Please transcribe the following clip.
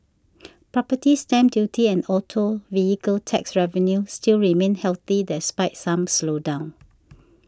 property stamp duty and auto vehicle tax revenue still remain healthy despite some slowdown